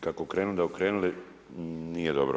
Kako okrenuli da okrenuli nije dobro.